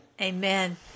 Amen